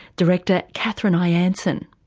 director, kathryn i'anson.